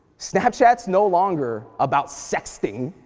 snapchat's no longer about sexting.